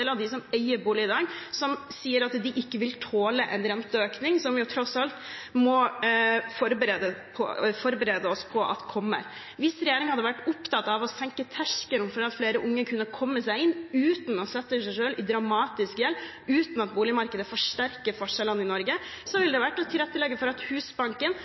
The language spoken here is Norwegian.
av dem som eier bolig i dag, som sier at de ikke vil tåle en renteøkning, som vi tross alt må forberede oss på kommer. Hvis regjeringen hadde vært opptatt av å senke terskelen, slik at flere unge kunne komme seg inn uten å sette seg selv i dramatisk gjeld, og uten at boligmarkedet forsterker forskjellene i Norge, kunne det vært å tilrettelegge for at Husbanken